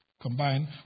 combined